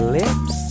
lips